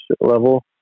level